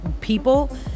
people